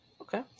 Okay